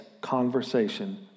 conversation